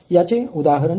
याचे उदाहरण पाहू